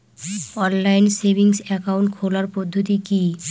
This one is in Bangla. অনলাইন সেভিংস একাউন্ট খোলার পদ্ধতি কি?